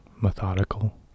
methodical